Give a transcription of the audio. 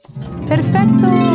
Perfecto